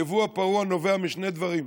הייבוא הפרוע נובע משני דברים: